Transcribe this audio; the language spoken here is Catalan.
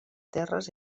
terres